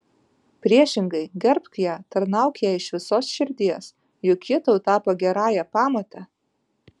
priešingai gerbk ją tarnauk jai iš visos širdies juk ji tau tapo gerąja pamote